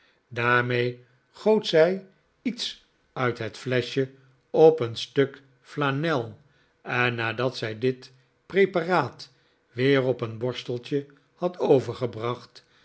daarmee goot zij iets uit het fleschje op een stukje flanel en nadat zij dit preparaat weer op een borsteltje had overgebracht